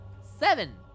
Seven